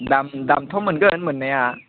दाम दामाथ' मोनगोन मोननाया